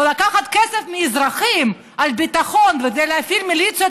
ולקחת כסף מאזרחים על ביטחון כדי להפעיל מיליציות